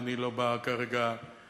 ואני לא בא כרגע להתעמר,